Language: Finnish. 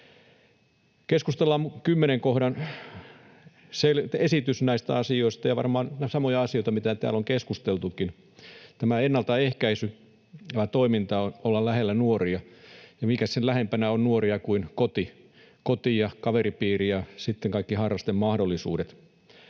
Keskustalla on kymmenen kohdan esitys näistä asioista, ja varmaan ne ovat samoja asioita, mistä täällä on keskusteltukin. Tämä ennaltaehkäisytoiminta, olla lähellä nuoria, ja mikäs sen lähempänä on nuoria kuin koti ja kaveripiiri ja sitten kaikki harrastemahdollisuudet.